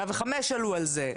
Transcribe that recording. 105 עלו על זה,